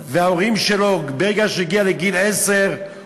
מסוימת ושזה רק מיטיב עם אוכלוסייה שיש לה